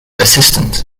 assistant